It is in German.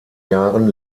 jahren